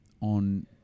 on